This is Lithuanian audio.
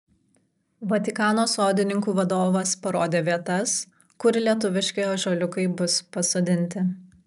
vatikano sodininkų vadovas parodė vietas kur lietuviški ąžuoliukai bus pasodinti